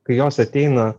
kai jos ateina